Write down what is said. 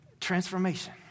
transformation